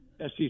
SEC